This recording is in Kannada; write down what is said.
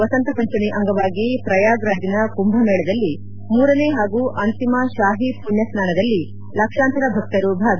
ವಸಂತ ಪಂಚಮಿ ಅಂಗವಾಗಿ ಪ್ರಯಾಗ್ ರಾಜ್ನ ಕುಂಭಮೇಳದಲ್ಲಿ ಮೂರನೇ ಹಾಗೂ ಅಂತಿಮ ಶಾಹಿ ಮಣ್ಯಸ್ನಾನದಲ್ಲಿ ಲಕ್ಷಾಂತರ ಭಕ್ತರು ಭಾಗಿ